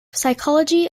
psychology